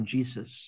Jesus